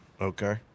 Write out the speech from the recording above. Okay